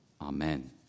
Amen